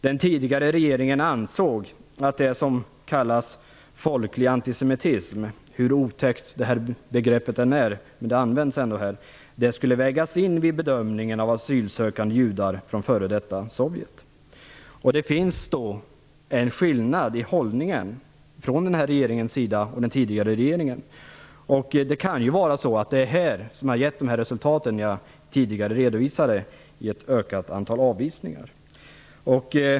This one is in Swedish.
Den tidigare regeringen ansåg att det som kallas folklig antisemitism - hur otäckt begreppet än är används det i dessa sammanhang - skulle vägas in vid bedömande av asylsökande flyktingar från f.d. Sovjetunionen. Det finns en skillnad i hållning från denna regerings sida och den tidigare regeringen. Det kan vara det som har gett de resultat jag tidigare redovisade, ett ökat antal avvisningar.